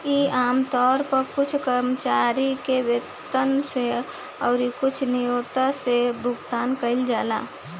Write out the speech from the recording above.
इ आमतौर पर कुछ कर्मचारी के वेतन से अउरी कुछ नियोक्ता से भुगतान कइल जाला